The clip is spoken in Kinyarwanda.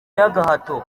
y’agahato